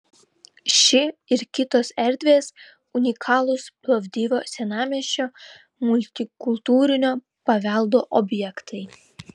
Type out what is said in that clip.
ši ir kitos erdvės unikalūs plovdivo senamiesčio multikultūrinio paveldo objektai